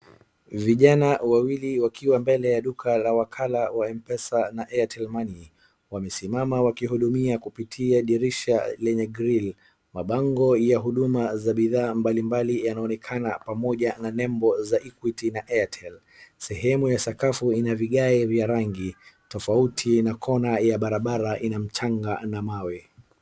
vijana wawili wakiwa mbele ya duka la wakala wa mpesa na airtel money wamesimama na kuhudumiwa kupitia dirisha lenye grill mabango ya huduma zenye bidhaa mbalimbali yanaonekana pamoja na nembo za equity na airtel[cs sehemu ya sakafu ina vigae za rangi tofati na kona ya barabara ina mchanga na mawe